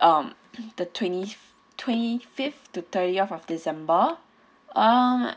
um the twenty twenty fifth to thirtieth of december um